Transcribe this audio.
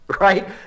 Right